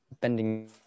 bending